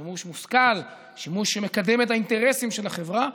שימוש מושכל, שימוש שמקדם את האינטרסים של החברה,